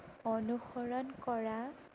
অনুসৰণ কৰা